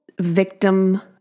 victim